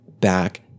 back